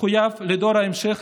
מחויב לדור ההמשך,